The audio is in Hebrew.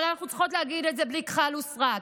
אבל אנחנו צריכות להגיד את זה בלי כחל וסרק: